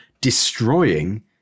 destroying